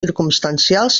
circumstancials